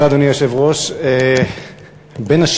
אדוני היושב-ראש, תודה.